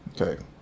Okay